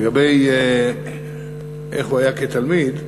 לגבי איך הוא היה כתלמיד,